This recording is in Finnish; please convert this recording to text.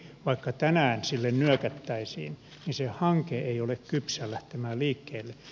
vaikka tänään sille nyökättäisiin niin se hanke ei ole kypsä lähtemään liikkeelle